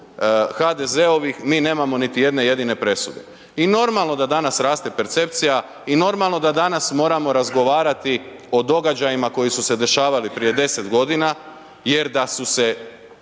HDZ-ovih mi nemamo niti jedne jedine presude. I normalno da danas raste percepcija i normalno da danas moramo razgovarati o događajima koji su se dešavali prije 10 godina jer da su se